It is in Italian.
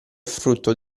frutto